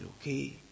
okay